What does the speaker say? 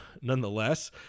Nonetheless